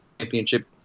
championship